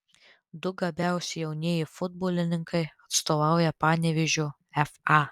du gabiausi jaunieji futbolininkai atstovauja panevėžio fa